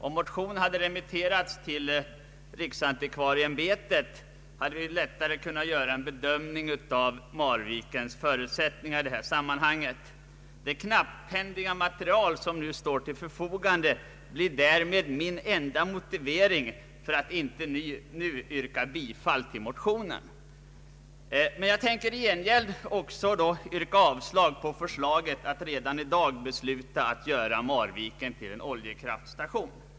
Om motionen hade re mitterats till riksantikvarieämbetet hade vi lättare kunnat göra en bedömning av Marvikens förutsättningar i detta sammanhang. Knapphändigheten i det material som nu står till förfogande blir därför min enda motivering för att inte yrka bifall till motionen. Jag tänker emellertid i gengäld yrka avslag på förslaget att redan i dag besluta att göra Marviken till en oljekraftstation.